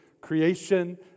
creation